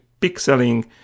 pixeling